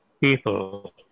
people